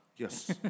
Yes